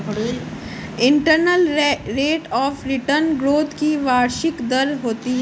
internal rate of return growth की वार्षिक दर होती है